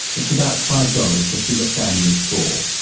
it's about five dollars to feed a family of four.